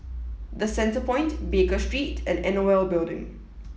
the Centrepoint Baker Street and N O L Building